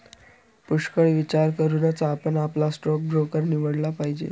पुष्कळ विचार करूनच आपण आपला स्टॉक ब्रोकर निवडला पाहिजे